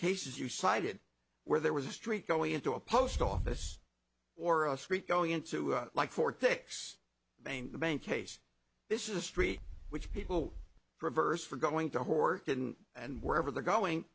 cases you cited where there was a street going into a post office or a street going into like fort dix bang bang case this is a street which people reverse for going to who are hidden and wherever they're going